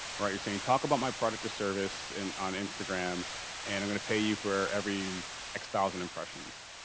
alright, you're saying talk about my product or service and on instagram and i'm gonna pay you for every x thousand impressions.